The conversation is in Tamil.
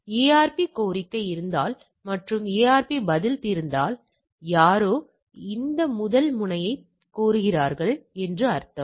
எனவே ARP கோரிக்கை இருந்தால் மற்றும் ARP பதில் இருந்தால் யாரோ இந்த முதல் முனையத்தை கோருகிறார்கள் என்று அர்த்தம்